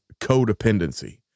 codependency